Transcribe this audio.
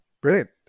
Brilliant